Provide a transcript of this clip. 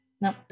no